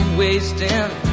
wasting